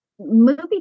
Movie